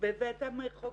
בבית המחוקקים.